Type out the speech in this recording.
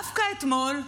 דווקא אתמול,